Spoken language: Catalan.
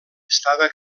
estava